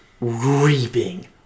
reaping